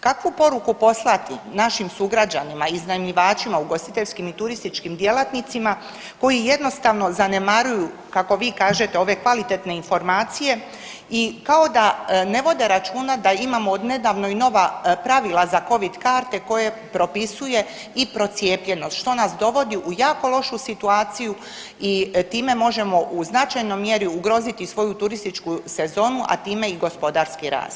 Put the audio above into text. Kakvu poruku poslati našim sugrađanima, iznajmljivačima ugostiteljskim i turističkim djelatnicima koji jednostavno zanemaruju kako vi kažete ove kvalitetne informacije i kao da ne vode računa da imamo od nedavno i nova pravila za covid karte koje propisuje i procijepljenost što nas dovodi u jako lošu situaciju i time možemo u značajnoj mjeri ugroziti svoju turističku sezonu, a time i gospodarski rast.